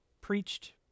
preached